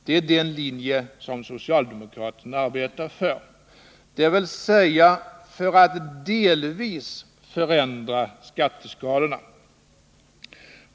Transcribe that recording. Det är den linje som socialdemokraterna arbetar för — dvs. för att delvis förändra skatteskalorna.